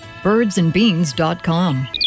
BirdsandBeans.com